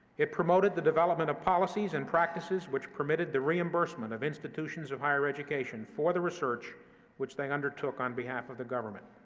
it promoted the development of policies and practices which permitted the reimbursement of institutions of higher education for the research which they undertook on behalf of the government.